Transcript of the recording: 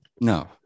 No